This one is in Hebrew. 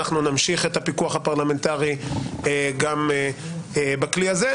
אנחנו נמשיך את הפיקוח הפרלמנטרי גם בכלי הזה.